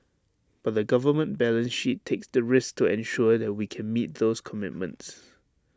but the government balance sheet takes the risk to ensure that we can meet those commitments